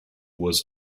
was